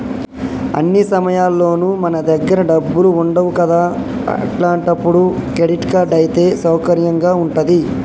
అన్ని సమయాల్లోనూ మన దగ్గర డబ్బులు ఉండవు కదా అట్లాంటప్పుడు క్రెడిట్ కార్డ్ అయితే సౌకర్యంగా ఉంటది